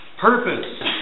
Purpose